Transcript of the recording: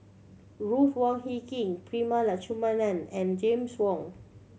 Ruth Wong Hie King Prema Letchumanan and James Wong